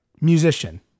Musician